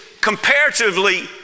comparatively